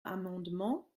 amendement